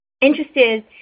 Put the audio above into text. interested